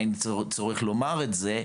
אין צורך לומר את זה,